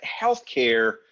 Healthcare